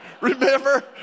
remember